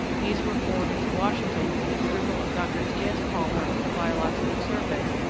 these were forwarded to washington for the approval of dr. t. s. palmer of the biological survey,